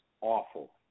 awful